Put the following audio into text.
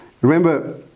Remember